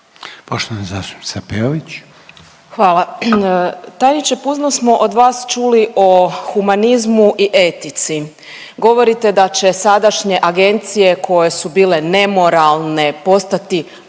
**Peović, Katarina (RF)** Hvala. Tajniče, puno smo od vas čuli o humanizmu i etici, govorite da će sadašnje agencije koje su bile nemoralne postati pružatelji